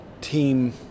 team